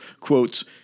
quotes